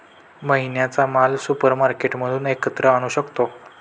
महिन्याचा माल सुपरमार्केटमधून एकत्र आणू शकतो